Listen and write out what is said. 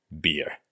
beer